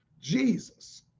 Jesus